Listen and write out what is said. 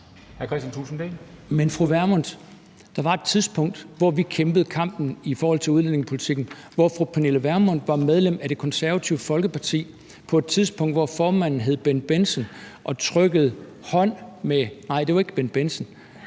Pernille Vermund, der var et tidspunkt, hvor vi kæmpede kampen i forhold til udlændingepolitikken, og hvor fru Pernille Vermund var medlem af Det Konservative Folkeparti. Det var på et tidspunkt, hvor formanden hed Bendt Bendtsen – nej, det var ikke hr. Bendt